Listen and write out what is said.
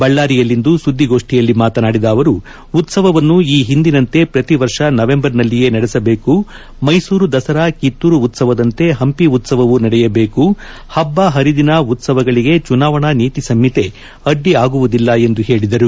ಬಳ್ನಾರಿಯಲ್ಲಿಂದು ಸುದ್ಗೋಷ್ಟಿಯಲ್ಲಿ ಮಾತನಾಡಿದ ಅವರು ಉತ್ತವವನ್ನು ಈ ಹಿಂದಿನಂತೆ ಪ್ರತಿ ವರ್ಷ ನವೆಂಬರ್ನಲ್ಲಿಯೇ ನಡೆಸಬೇಕು ಮೈಸೂರು ದಸರಾ ಕಿತ್ತೂರು ಉತ್ಸವದಂತೆ ಹಂಪಿ ಉತ್ಸವವೂ ನಡೆಯಬೇಕು ಹಬ್ಬ ಹರಿದಿನ ಉತ್ಸವಗಳಿಗೆ ಚುನಾವಣಾ ನೀತಿ ಸಂಹಿತೆ ಅಡ್ಡಿ ಆಗುವುದಿಲ್ಲ ಎಂದು ಹೇಳಿದರು